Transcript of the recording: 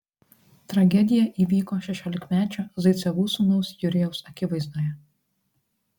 tragedija įvyko šešiolikmečio zaicevų sūnaus jurijaus akivaizdoje